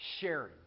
sharing